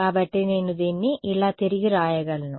కాబట్టి నేను దీన్ని ఇలా తిరిగి వ్రాయగలను